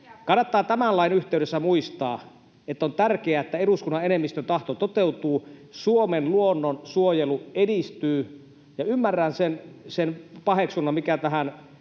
Kannattaa tämän lain yhteydessä muistaa, että on tärkeää, että eduskunnan enemmistön tahto toteutuu, Suomen luonnon suojelu edistyy. Ja ymmärrän sen paheksunnan, mikä näihin